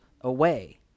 away